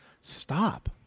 stop